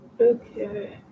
Okay